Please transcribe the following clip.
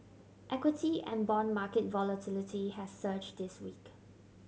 equity and bond market volatility has surge this week